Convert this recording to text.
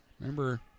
Remember